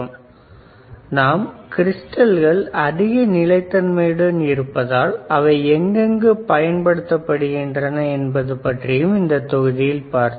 மேலும் நாம் கிறிஸ்டல்கள் அதிக நிலைத்தன்மையுடன் இருப்பதால் அவை எங்கெங்கு பயன்படுத்தப்படுகின்றன என்பது பற்றியும் இந்த தொகுதியில் கண்டோம்